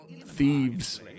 thieves